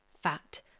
fat